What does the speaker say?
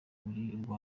uru